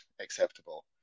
acceptable